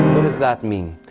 what does that mean?